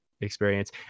Experience